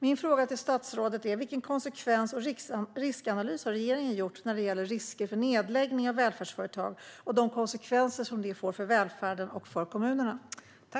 Min fråga till statsrådet är: Vilken konsekvens och riskanalys har regeringen gjort när det gäller risker för nedläggning av välfärdsföretag och de konsekvenser som det får för välfärden och för kommunerna?